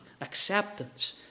acceptance